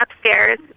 upstairs